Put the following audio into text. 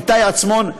איתי עצמון,